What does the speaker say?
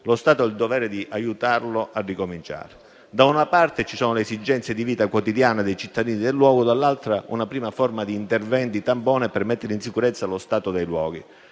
lo Stato ha il dovere di aiutarlo a ricominciare. Da una parte, ci sono le esigenze di vita quotidiana dei cittadini del luogo; dall'altra, c'è una prima forma di interventi tampone per mettere in sicurezza lo stato dei luoghi,